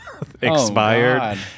expired